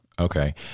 Okay